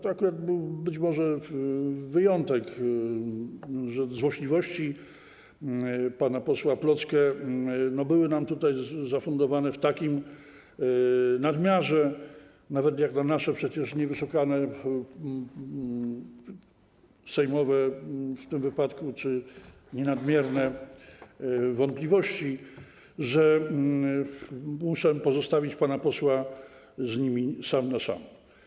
To akurat był być może wyjątek, te złośliwości pana posła Plocke, były nam tutaj zafundowane w nadmiarze, nawet jak na nasze przecież niewyszukane sejmowe w tym wypadku czy nie nadmierne wątpliwości, że muszę pozostawić pana posła z nimi sam na sam.